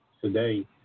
today